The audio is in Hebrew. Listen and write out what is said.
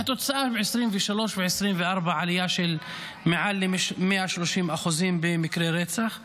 והתוצאה ב-2023 ו-2024: עלייה של מעל 130% במקרי רצח.